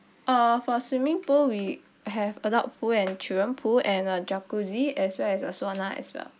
uh for swimming pool we have adult pool and children pool and a jacuzzi as well as a sauna as well